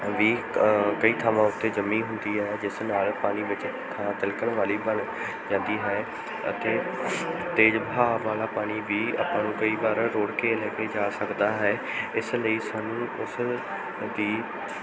ਵੀ ਕਈ ਥਾਵਾਂ ਉੱਤੇ ਜੰਮੀ ਹੁੰਦੀ ਹੈ ਜਿਸ ਨਾਲ ਪਾਣੀ ਵਿੱਚ ਥਾਂ ਤਿਲਕਣ ਵਾਲੀ ਬਣ ਜਾਂਦੀ ਹੈ ਅਤੇ ਤੇਜ਼ ਵਹਾਅ ਵਾਲਾ ਪਾਣੀ ਵੀ ਆਪਾਂ ਨੂੰ ਕਈ ਵਾਰ ਰੋੜ੍ਹ ਕੇ ਲੈ ਕੇ ਜਾ ਸਕਦਾ ਹੈ ਇਸ ਲਈ ਸਾਨੂੰ ਉਸ ਦੀ